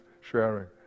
sharing